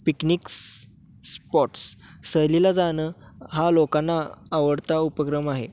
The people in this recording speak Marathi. पिकनिक्स स्पॉट्स सहलीला जाणं हा लोकांना आवडता उपक्रम आहे